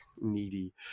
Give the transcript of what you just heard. needy